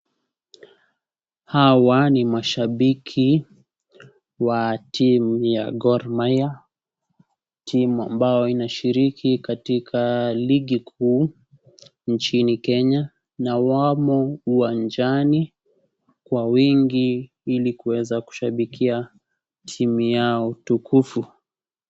Hawa ni mashabiki wa timu ya Gor Mahia. Timu ambao inashiriki katika ligi kuu nchini Kenya na wamo uwanjani kwa wingi ili kuweza kushabikia timu yao tukufu.